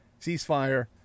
ceasefire